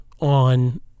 on